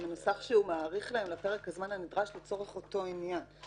זה מנוסח שהוא מאריך להם לפרק הזמן הנדרש לצורך אותו עניין.